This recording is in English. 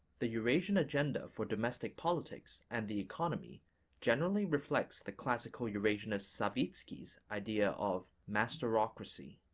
the eurasian agenda for domestic politics and the economy generally reflects the classical eurasianist savitsky's idea of masterocracy.